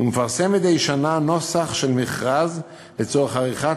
והוא מפרסם מדי שנה נוסח של מכרז לצורך עריכת